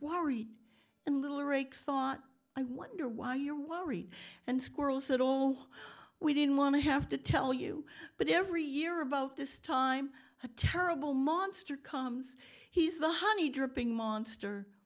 worried and little araik thought i wonder why you're worried and squirrels at all oh we didn't want to have to tell you but every year about this time a terrible monster comes he's the honey dripping monster